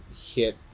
hit